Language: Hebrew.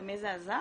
למי זה עזר,